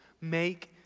make